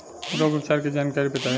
रोग उपचार के जानकारी बताई?